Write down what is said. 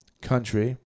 country